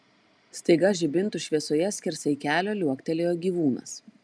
staiga žibintų šviesoje skersai kelio liuoktelėjo gyvūnas